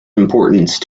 importance